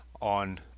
on